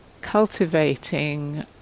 cultivating